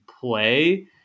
play